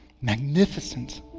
magnificent